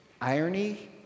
Irony